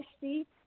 see